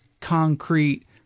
concrete